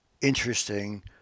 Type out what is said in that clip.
interesting